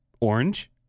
Orange